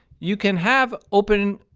you can have open,